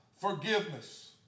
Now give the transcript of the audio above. forgiveness